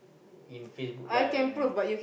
in Facebook Live only